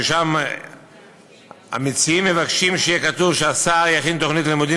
שבה המציעים מבקשים שיהיה כתוב: "השר יכין תוכנית לימודים